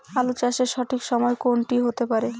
আলু চাষের সঠিক সময় কোন টি হতে পারে?